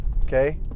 Okay